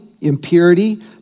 impurity